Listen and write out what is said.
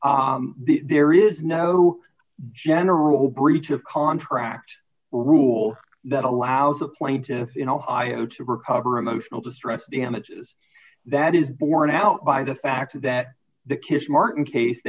there is d no general breach of contract rule that allows the plaintiffs in ohio to recover emotional distress damages that is borne out by the fact that the kiss martin case